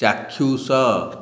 ଚାକ୍ଷୁଷ